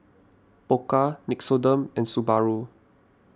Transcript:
Pokka Nixoderm and Subaru